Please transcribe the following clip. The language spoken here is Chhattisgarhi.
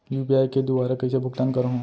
यू.पी.आई के दुवारा कइसे भुगतान करहों?